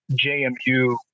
JMU